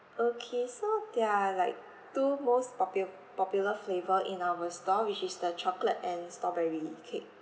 okay so there are like two most popu~ popular flavour in our store which is the chocolate and strawberry cake